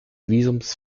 visums